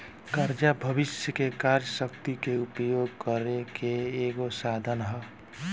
कर्जा भविष्य के कार्य शक्ति के उपयोग करे के एगो साधन ह